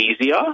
easier